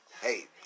hey